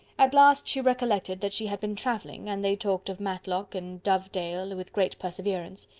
at last she recollected that she had been travelling, and they talked of matlock and dove dale with great perseverance.